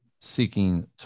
seeking